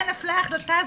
שתדע מתי נפלה ההחלטה הזו,